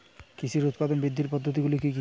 কৃষির উৎপাদন বৃদ্ধির পদ্ধতিগুলি কী কী?